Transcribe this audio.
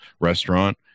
restaurant